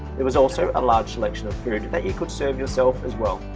there was also a large selection of food that you could serve yourself as well.